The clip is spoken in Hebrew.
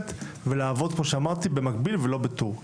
ולעבוד כמו שאמרתי במקביל ולא בטור,